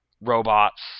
robots